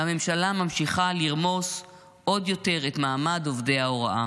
והממשלה ממשיכה לרמוס עוד יותר את מעמד עובדי ההוראה.